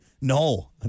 No